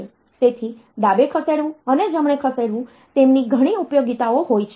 તેથી ડાબે ખસેડવું અને જમણે ખસેડવું તેમની ઘણી ઉપયોગિતાઓ હોય છે